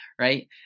right